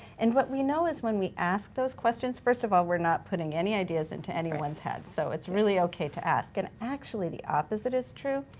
and what know is when we ask those questions, first of all, we're not putting any ideas into anyone's head, so it's really okay to ask. and actually, the opposite is true.